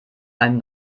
einen